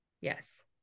Yes